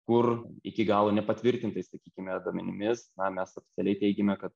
kur iki galo nepatvirtintais sakykime damenimis na mes oficialiai teigiame kad